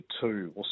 two